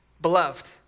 beloved